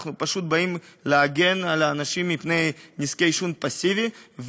אנחנו פשוט באים להגן על האנשים מפני נזקי עישון פסיבי,